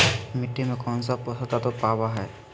मिट्टी में कौन से पोषक तत्व पावय हैय?